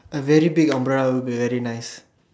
a very big on brother is very nice